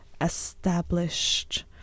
established